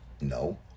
no